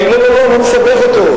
אני לא מסבך אותו,